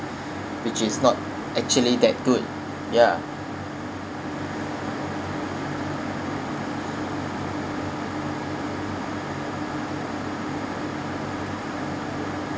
which is not actually that good ya